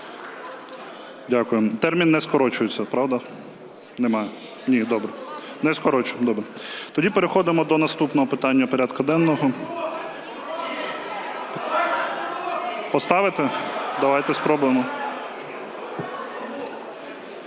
Дякую. Термін не скорочується, правда? Немає. Ні. Добре. Не скорочуємо. Добре. Тоді переходимо до наступного питання порядку денного… (Шум у залі) Поставити? Давайте спробуємо.